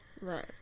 Right